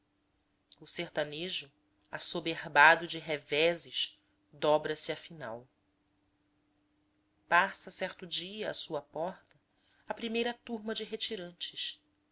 o sertanejo assoberbado de reveses dobra se afinal passa certo dia à sua porta a primeira turma de retirantes